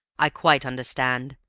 i quite understand.